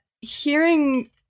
hearing